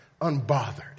unbothered